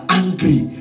angry